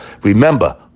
Remember